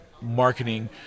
marketing